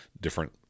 different